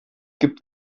gibt